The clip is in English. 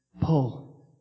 Pull